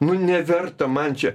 nu neverta man čia